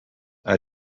are